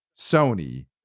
Sony